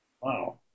Wow